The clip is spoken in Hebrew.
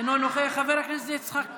אינו נוכח, חבר הכנסת יצחק פינדרוס,